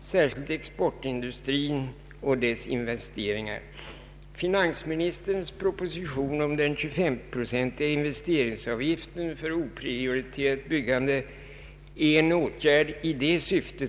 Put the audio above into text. särskilt exportindustrin och dess investeringar. Finansministerns proposition om den 25-procentiga investeringsavgiften för oprioriterat byggande är en åtgärd i detta syfte.